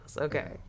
Okay